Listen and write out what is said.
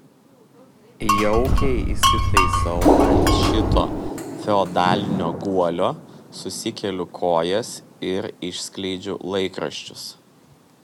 jaukiai įsitaisau ant šito feodalinio guolio susikeliu kojas ir išskleidžiu laikraščius